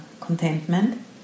contentment